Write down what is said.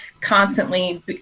constantly